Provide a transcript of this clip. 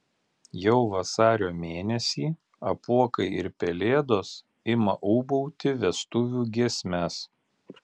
jau vasario mėnesį apuokai ir pelėdos ima ūbauti vestuvių giesmes